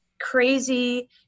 crazy